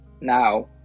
now